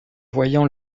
voyant